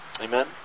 Amen